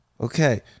okay